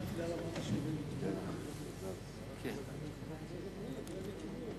לפני שבוע,